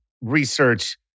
research